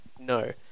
no